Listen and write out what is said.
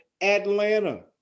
Atlanta